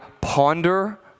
ponder